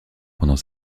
pendant